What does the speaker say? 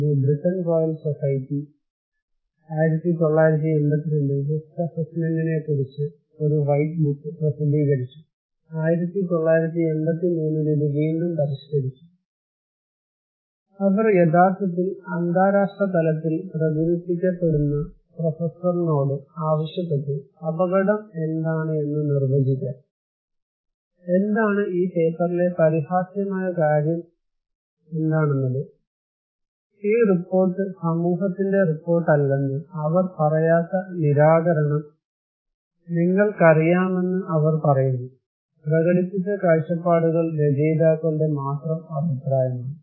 ഒരു Britain royal society 1982 ൽ risk അസസ്മെൻറിനെക്കുറിച്ച് ഒരു വൈറ്റ് ബുക്ക് പ്രസിദ്ധീകരിച്ചു 1983 ൽ ഇത് വീണ്ടും പരിഷ്കരിച്ചു അവർ യഥാർത്ഥത്തിൽ അന്താരാഷ്ട്രതലത്തിൽ പ്രകീർത്തിക്കപ്പെടുന്ന പ്രൊഫെസ്സർസിനോട് ആവശ്യപ്പെട്ടു അപകടം എന്താണ് എന്ന് നിർവചിക്കാൻ എന്നാൽ ഈ പേപ്പറിലെ പരിഹാസ്യമായ കാര്യം എന്താണെന്നത് ഈ റിപ്പോർട്ട് സമൂഹത്തിന്റെ റിപ്പോർട്ടല്ലെന്ന് അവർ പറയാത്ത നിരാകരണം നിങ്ങൾക്കറിയാമെന്ന് അവർ പറയുന്നു പ്രകടിപ്പിച്ച കാഴ്ചപ്പാടുകൾ രചയിതാക്കളുടെ മാത്രം അഭിപ്രായമാണ്